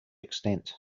extent